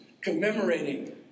commemorating